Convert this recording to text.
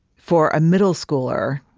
for a middle schooler,